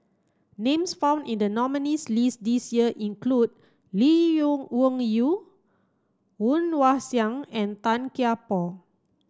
names found in the nominees' list this year include Lee Yew Wung Yew Woon Wah Siang and Tan Kian Por